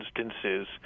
instances